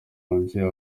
mubyeyi